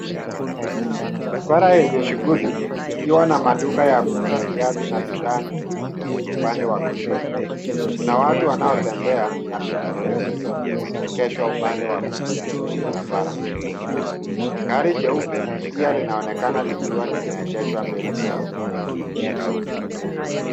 Barabara enye shughuli ikiwa na maduka ya kuuza viatu na bidhaa nyingine upande wa kushoto kuna watu wanaotembea na pikipiki zilizoegeshwa upande wa kulia wa barabara gari jeupe pia linaonekana likiwa limeegeshwa mbele kidogo.